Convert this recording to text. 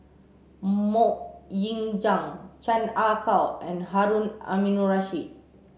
Mok Ying Jang Chan Ah Kow and Harun Aminurrashid